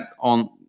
on